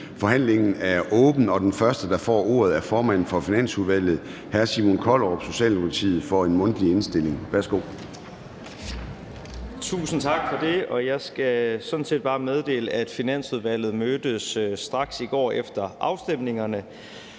Forhandlingen er åbnet. Den første, der får ordet, er formanden for Finansudvalget, hr. Simon Kollerup, Socialdemokratiet, for en mundtlig indstilling. Værsgo. Kl. 10:00 (Ordfører) Simon Kollerup (S): Tusind tak for det. Jeg skal sådan set bare meddele, at Finansudvalget mødtes straks i går efter afstemningerne